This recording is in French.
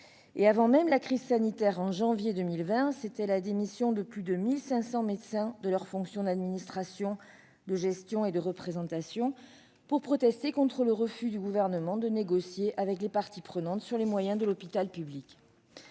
Avant même la crise sanitaire, en janvier 2020, plus de 1 500 médecins démissionnaient de leurs fonctions d'administration, de gestion et de représentation pour protester contre le refus du Gouvernement de négocier avec les parties prenantes sur les moyens de l'hôpital public.